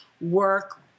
work